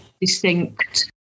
distinct